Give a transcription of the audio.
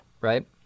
right